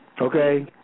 Okay